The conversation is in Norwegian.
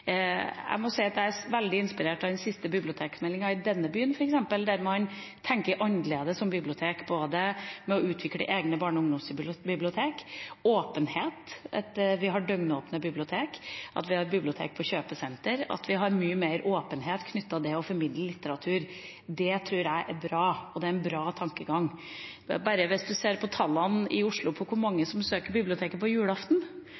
Jeg må si at jeg er veldig inspirert av den siste bibliotekmeldinga. I denne byen f.eks. tenker man annerledes om bibliotek, både med hensyn til å utvikle egne barne- og ungdomsbibliotek, åpenhet, at vi har døgnåpne bibliotek, at vi har bibliotek på kjøpesenter, og at vi har mye mer åpenhet knyttet til det å formidle litteratur. Det tror jeg er bra, det er en bra tankegang. Bare se på tallene for Oslo over hvor mange som besøker biblioteket på julaften